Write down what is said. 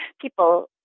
People